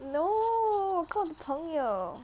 no 跟朋友